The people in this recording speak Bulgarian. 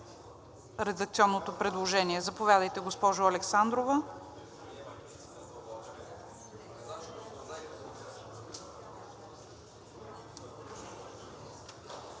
редакционното предложение. Заповядайте, госпожо Александрова.